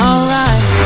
Alright